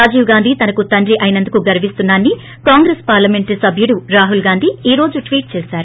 రాజీవ్ గాంధీ తనకు తండ్రి అయినందుకు గర్విస్తున్నా నని కాంగ్రెస్ పార్లమెంట్ సబ్యుడు రాహుల్ గాంధీ ఈ రోజు ట్వీట్ చేశారు